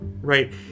right